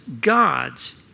God's